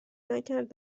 نکرد